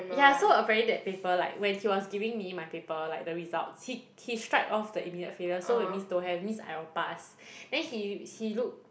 ya so apparently that paper like when he was giving me my paper like the result he he strike off the immediate failure so means don't have means I will pass then he he look